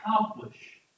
accomplish